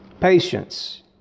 patience